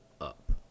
up